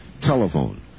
Telephone